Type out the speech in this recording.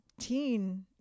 teen